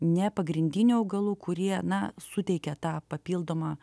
nepagrindinių augalų kurie na suteikia tą papildomą